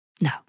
no